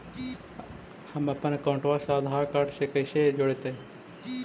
हमपन अकाउँटवा से आधार कार्ड से कइसे जोडैतै?